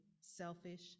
selfish